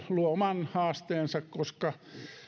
luo oman haasteensa koska